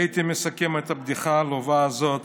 הייתי מסכם את הבדיחה העלובה הזאת